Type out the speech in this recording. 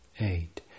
eight